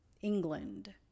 england